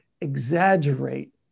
exaggerate